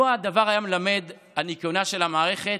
לו הדבר היה מלמד על ניקיונה של המערכת,